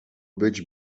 być